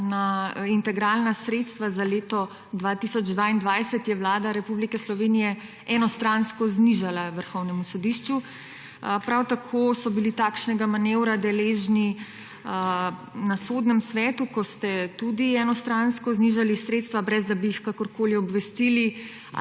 integralna sredstva za leto 2022 je Vlada Republike Slovenije enostransko znižala Vrhovnemu sodišču. Prav tako so bili takšnega manevra deležni na Sodnem svetu, ko ste tudi enostransko znižali sredstva, brez da bi jih kakorkoli obvestili